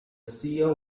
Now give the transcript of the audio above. ceo